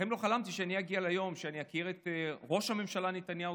בחיים לא חלמתי שאני אגיע ליום שאני אכיר את ראש הממשלה נתניהו,